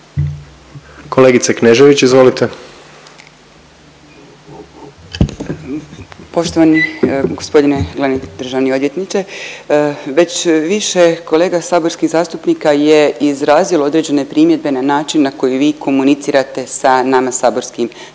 izvolite. **Knežević, Viktorija (Centar)** Poštovani g. glavni državni odvjetniče. Već više kolega saborskih zastupnika je izrazilo određene primjedbe na način na koji vi komunicirate sa nama saborskim zastupnicima